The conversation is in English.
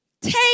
Take